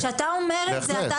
כשאתה אומר את זה אומר את זה,